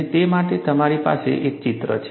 અને તે માટે તમારી પાસે એક ચિત્ર છે